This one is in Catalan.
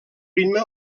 ritme